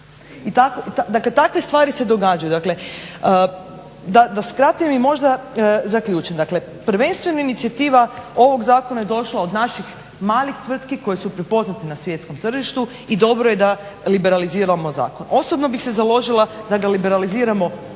Dakle, takve stvari se događaju. Dakle, da skratim i možda zaključim. Dakle, prvenstveno inicijativa ovog zakona je došla od naših malih tvrtki koje su prepoznate na svjetskom tržištu i dobro je da liberaliziramo zakon. Osobno bih se založila da ga liberaliziramo potpuno,